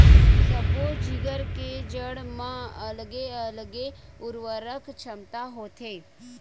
सब्बो जिगर के जड़ म अलगे अलगे उरवरक छमता होथे